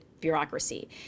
bureaucracy